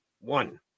One